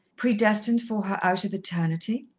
predestined for her out of eternity?